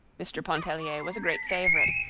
mr. pontellier was a great favorite,